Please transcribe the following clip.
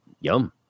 Yum